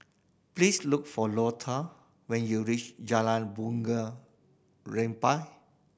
please look for Lota when you reach Jalan Bunga Rampai